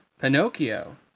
Pinocchio